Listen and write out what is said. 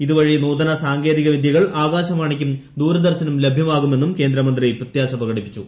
ഇതുവഴി നൂതന സാങ്കേതിക വിദ്യകൾ ആകാശവാണിക്കും ദൂരദർശനും ലഭ്യമാകുമെന്ന് കേന്ദ്രമന്ത്രി പ്രത്യാശ പ്രകടിപ്പിച്ചു